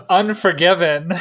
unforgiven